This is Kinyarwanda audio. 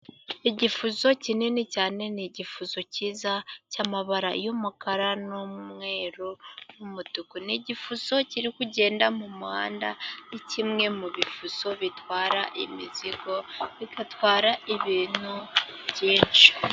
Igifuso kinini cyane ni igifuso cyiza cy'amabara y'umukara n'umweru n'umutuku. Ni igifuso kiri kugenda mu muhanda ni kimwe mu bifuso bitwara imizigo, bigatwara ibintu byinshi.